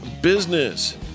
business